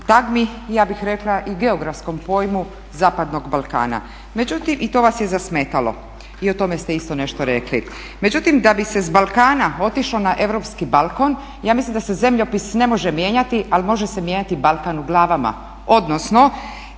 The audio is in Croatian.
i ja bih rekla i geografskom pojmu Zapadnog Balkana. Međutim i to vas je zasmetalo i o tome ste isto nešto rekli. Međutim, da bi se sa Balkana otišlo na europski balkon ja mislim da se zemljopis ne može mijenjati ali može se mijenjati Balkan u glavama. Odnosno